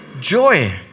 joy